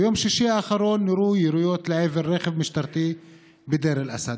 ביום שישי האחרון נורו יריות לעבר רכב משטרתי בדיר אל-אסד,